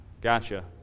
gotcha